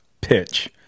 pitch